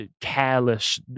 careless